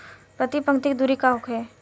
प्रति पंक्ति के दूरी का होखे?